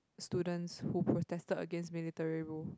students who protested against military rule